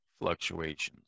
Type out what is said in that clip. fluctuations